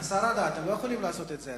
אתם לא יכולים לעשות את זה,